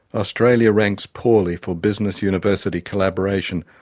australia ranks poorly for business-university collaboration,